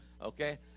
Okay